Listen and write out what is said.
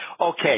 okay